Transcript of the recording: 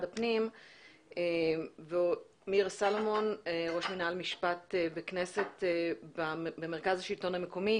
הפנים ומירה סלומון ראש מינהל משפט וכנסת במרכז השלטון המקומי.